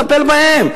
בואו נטפל בהם,